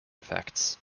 effects